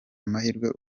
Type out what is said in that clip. amahirwe